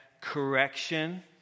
correction